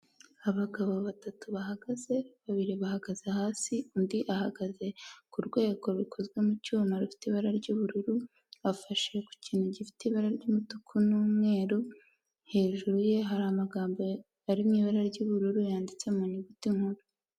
Abagabo batatu bahagaze, babiri bahagaze hasi undi ahagaze ku rwego rukozwe mu cyuma rufite ibara ry'ubururu, afashe ku kintu gifite ibara ry'umutuku n'umweru; hejuru ye hari amagambo ari mu ibara ry'ubururu yanditse mu nyuguti nkuru.